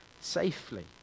safely